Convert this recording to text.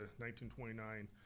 1929